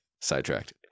Sidetracked